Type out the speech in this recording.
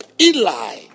Eli